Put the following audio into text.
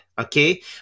okay